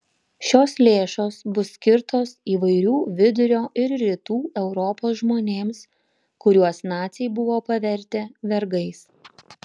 šios lėšos bus skirtos įvairių vidurio ir rytų europos žmonėms kuriuos naciai buvo pavertę vergais